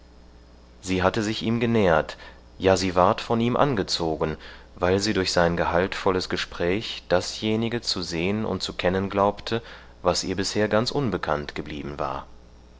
sie hatte sich ihm genähert ja sie ward von ihm angezogen weil sie durch sein gehaltvolles gespräch dasjenige zu sehen und zu kennen glaubte was ihr bisher ganz unbekannt geblieben war